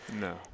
No